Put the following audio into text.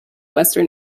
western